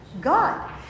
God